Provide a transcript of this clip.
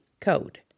code